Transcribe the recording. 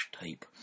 type